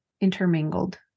intermingled